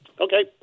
Okay